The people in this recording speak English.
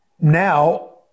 now